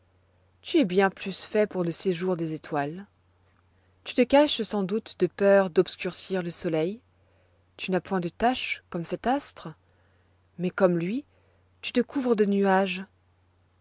tu es bien plus fait pour le séjour des étoiles tu te caches sans doute de peur d'obscurcir le soleil tu n'as point de taches comme cet astre mais comme lui tu te couvres de nuages